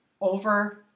over